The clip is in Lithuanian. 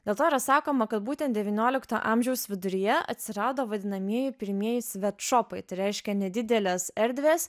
dėl to yra sakoma kad būtent devyniolikto amžiaus viduryje atsirado vadinamieji pirmieji svetšopai tai reiškia nedidelės erdvės